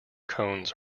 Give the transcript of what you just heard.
cones